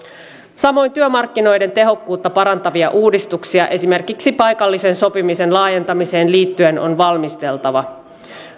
samoin työmarkkinoiden tehokkuutta parantavia uudistuksia esimerkiksi paikallisen sopimisen laajentamiseen liittyen on valmisteltava